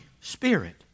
spirit